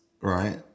right